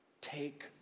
take